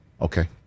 okay